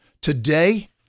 Today